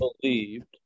believed